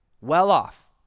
well-off